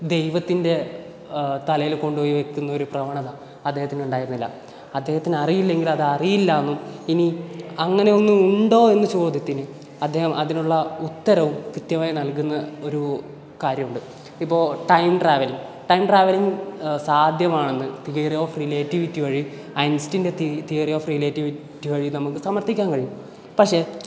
ദൈവത്തിൻ്റെ തലയിൽ കൊണ്ട് പോയി വെക്കുന്ന ഒരു പ്രവണത അദ്ദേഹത്തിനുണ്ടായിരുന്നില്ല അദ്ദേഹത്തിനറിയില്ലെങ്കിൽ അത് അറിയില്ലാന്നും ഇനി അങ്ങനെ ഒന്ന് ഉണ്ടോ എന്ന ചോദ്യത്തിന് അദ്ദേഹം അതിനുള്ള ഉത്തരവും കൃത്യമായി നൽകുന്ന ഒരു കാര്യമുണ്ട് ഇപ്പോൾ ടൈം ട്രാവല്ലിംഗ് ടൈം ട്രാവലിങ് സാധ്യമാണെന്ന് തിയറി ഓഫ് റിലേറ്റിവിറ്റി വഴി ഐൻസ്റ്റീൻ്റെ തിയറി ഓഫ് റിലേറ്റിവിറ്റി വഴി നമുക്ക് സമർഥിക്കാൻ കഴിയും പക്ഷെ